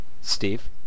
Steve